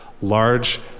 large